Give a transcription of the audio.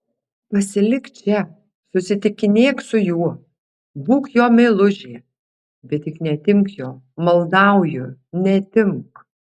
pasilik čia susitikinėk su juo būk jo meilužė bet tik neatimk jo maldauju neatimk